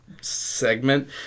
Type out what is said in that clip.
segment